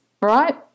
right